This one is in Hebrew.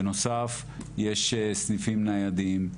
בנוסף יש סניפים ניידים,